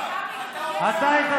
אתה אורח.